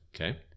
Okay